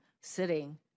sitting